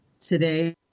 today